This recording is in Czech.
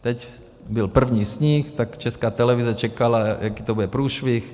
Teď byl první sníh, tak Česká televize čekala, jaký to bude průšvih.